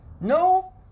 No